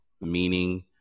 meaning